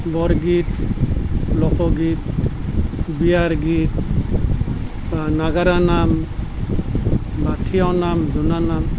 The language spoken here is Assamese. বৰগীত লোকগীত বিয়াৰ গীত নাগাৰা নাম বা ঠিয়নাম যোৰানাম